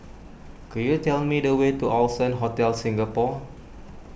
could you tell me the way to Allson Hotel Singapore